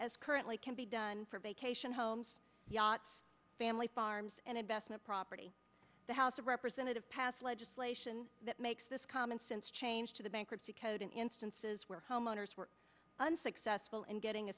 as currently can be done for vacation homes yachts family farms and investment property the house of representatives pass legislation that makes this common sense change to the bankruptcy code in instances where homeowners were unsuccessful in getting a